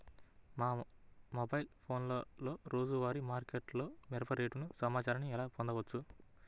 మా మొబైల్ ఫోన్లలో రోజువారీ మార్కెట్లో మిరప రేటు సమాచారాన్ని ఎలా పొందవచ్చు?